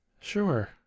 Sure